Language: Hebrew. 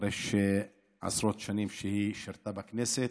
אחרי עשרות שנים שהיא שירתה בכנסת.